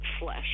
Flesh